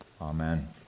Amen